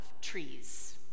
trees